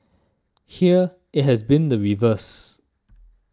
here it has been the reverse